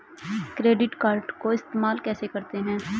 Credit card को इस्तेमाल कैसे करते हैं?